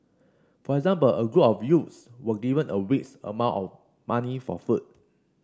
for example a group of youths were given a week's amount of money for food